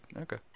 Okay